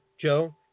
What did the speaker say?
Joe